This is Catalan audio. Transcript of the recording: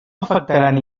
afectaran